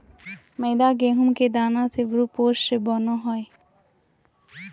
मैदा गेहूं के दाना के भ्रूणपोष से बनो हइ